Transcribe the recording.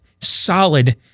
solid